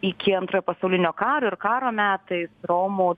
iki antrojo pasaulinio karo ir karo metais romų